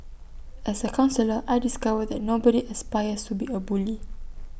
as A counsellor I discovered that nobody aspires to be A bully